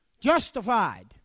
Justified